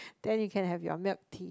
then you can have your milk tea